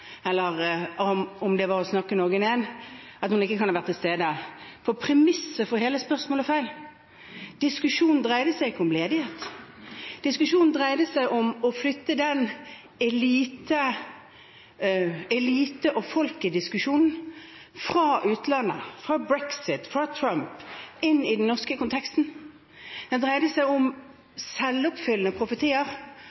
om det var å snakke Norge ned. Hun kan ikke ha vært til stede, for premisset for hele spørsmålet er feil. Diskusjonen dreide seg ikke om ledighet, diskusjonen dreide seg om å flytte den eliten-og-folket-diskusjonen fra utlandet, fra brexit, fra Trump, inn i den norske konteksten. Det dreide seg om